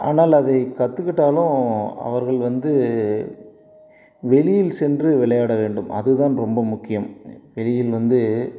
ஆனால் அதை கற்றுக்கிட்டாலும் அவர்கள் வந்து வெளியில் சென்று விளையாட வேண்டும் அதுதான் ரொம்ப முக்கியம் வெளியில் வந்து